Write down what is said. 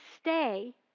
stay